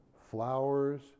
flowers